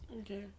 Okay